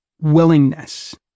Willingness